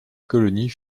colonie